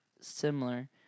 similar